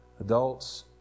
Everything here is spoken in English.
adults